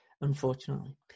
unfortunately